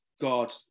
God